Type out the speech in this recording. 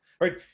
right